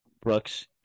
Brooks